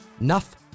Enough